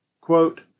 quote